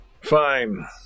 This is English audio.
Fine